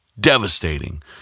devastating